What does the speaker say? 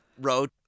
wrote